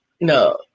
no